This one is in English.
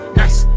nice